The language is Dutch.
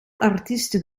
artiesten